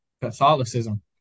Catholicism